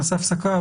נעשה הפסקה,